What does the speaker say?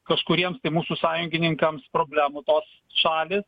kažkuriems tai mūsų sąjungininkams problemų tos šalys